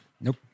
Nope